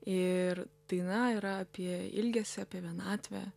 ir daina yra apie ilgesį apie vienatvę